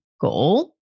goal